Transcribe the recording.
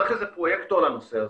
צריך פרויקטור לנושא הזה.